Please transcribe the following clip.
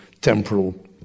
temporal